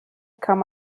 kann